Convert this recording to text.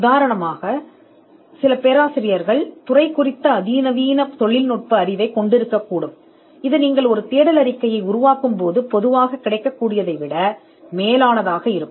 உதாரணமாக சில பல்கலைக்கழக பேராசிரியர்கள் தங்கள் துறையைப் பற்றிய அறிவைக் கொண்டிருக்கலாம் இது ஒரு தேடல் அறிக்கையைச் செய்வதன் மூலம் நீங்கள் பொதுவாகப் பெறுவதை விட மிகச் சிறந்ததாக இருக்கும்